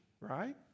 right